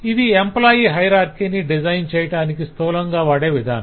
ఇది ఎంప్లాయ్ హయరార్కిని డిజైన్ చేయాటానికి స్థూలంగా వాడే విధానం